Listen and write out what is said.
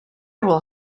will